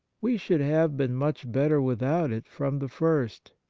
we should have been much better without it from the first.